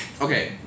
Okay